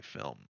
film